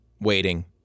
waiting